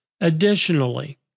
Additionally